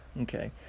okay